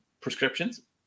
prescriptions